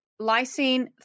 lysine